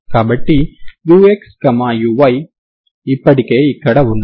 కావున ux uy ఇప్పటికే ఇక్కడ ఉన్నాయి